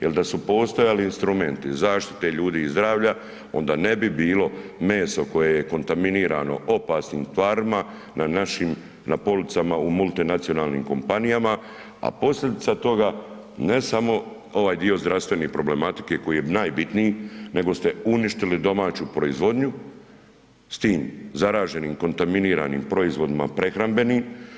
Jel da su postojali instrumenti zaštite ljudi i zdravlja onda ne bi bilo meso koje je kontaminirano opasnim tvarima bilo na policama u multinacionalnim kompanijama, a posljedica toga ne samo ovaj dio zdravstvene problematike koji je najbitniji nego ste uništili domaću proizvodnju s tim zaraženim kontaminiranim proizvoda prehrambenim.